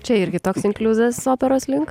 čia irgi toks inkliuzas operos link